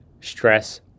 stress